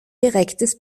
direktes